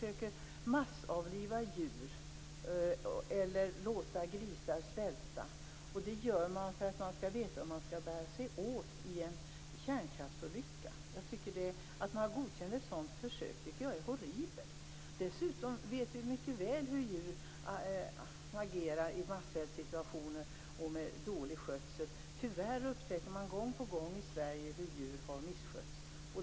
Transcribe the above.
Däremot skall vi ha en ständig strävan att i alla avseenden begränsa användandet av djurförsök. Låt mig också på de konkreta frågorna säga att det inte är meningen att de djurförsöksetiska nämnderna skall göra en ny typ av prövning. Den förändring som vi har föreslagit och som riksdagen skall ta ställning till går ut på att den prövning som nämnderna gör skall väga tyngre. Den skall inte bara vara rådgivande utan skall ha en helt annan tyngd.